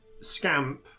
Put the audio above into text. Scamp